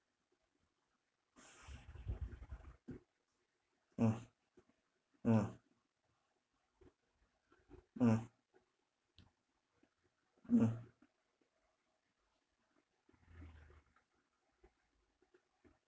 mm mm mm mm